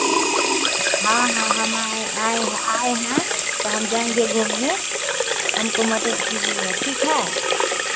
हाँ हाँ हम आए आए हैं आए हैं तो हम जाएंगे घूमने हमको मदद कीजिएगा ठीक है